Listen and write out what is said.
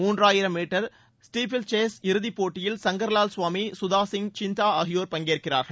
மூன்றாயிரம் மீட்டர் ஸ்டபில்சேஸ் இறதிப் போட்டியில் சங்கர்லால் சுவாமி சுதாசிங் சிளத்தா ஆகியோர் பங்கேற்கிறார்கள்